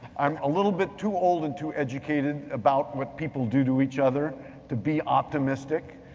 i'm a little bit too old and too educated about what people do to each other to be optimistic,